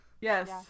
yes